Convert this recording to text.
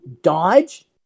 Dodge